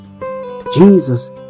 Jesus